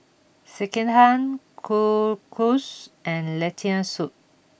Sekihan Kalguksu and Lentil Soup